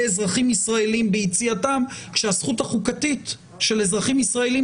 אזרחים ישראלים ביציאתם כאשר הזכות החוקתית של אזרחים ישראלים